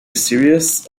series